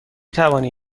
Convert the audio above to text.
توانی